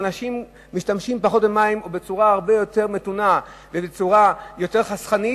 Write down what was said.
אנשים משתמשים פחות במים ובצורה הרבה יותר מתונה ובצורה יותר חסכנית,